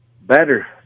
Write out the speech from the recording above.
better